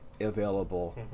available